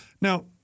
Now